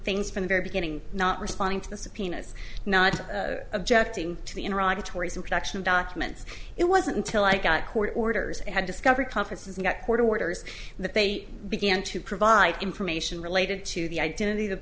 things from the very beginning not responding to the subpoenas not objecting to the erotic tori's in production documents it wasn't until i got court orders and discovery conferences and got court orders that they began to provide information related to the identit